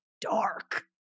dark